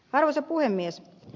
arvoisa puhemies